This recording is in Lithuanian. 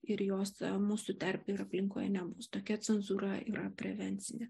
ir jos mūsų tarpe ir aplinkoje nebus tokia cenzūra yra prevencinė